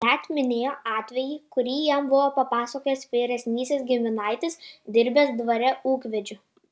net minėjo atvejį kurį jam buvo papasakojęs vyresnis giminaitis dirbęs dvare ūkvedžiu